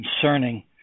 concerning